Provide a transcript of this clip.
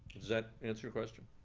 that answer your question?